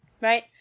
right